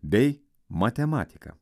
bei matematika